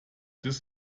this